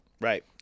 Right